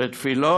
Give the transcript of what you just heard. לתפילות,